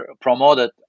promoted